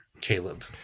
Caleb